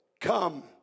come